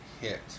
hit